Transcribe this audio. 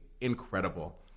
incredible